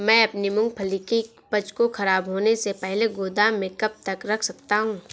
मैं अपनी मूँगफली की उपज को ख़राब होने से पहले गोदाम में कब तक रख सकता हूँ?